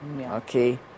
Okay